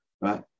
Right